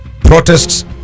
protests